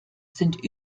sind